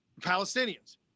Palestinians